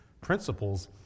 principles